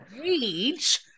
reach